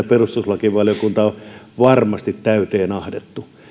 perustuslakivaliokunta on varmasti täyteen ahdettu